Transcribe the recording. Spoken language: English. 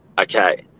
Okay